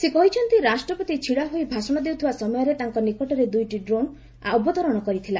ସେ କହିଛନ୍ତି ରାଷ୍ଟ୍ରପତି ଛିଡାହୋଇ ଭାଷଣ ଦେଉଥିବା ସମୟରେ ତାଙ୍କ ନିକଟରେ ଦୂଇଟି ଡ୍ରୋଣ ଅବତରଣ କରିଥିଲା